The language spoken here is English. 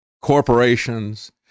corporations